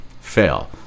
fail